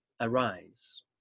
arise